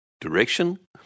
direction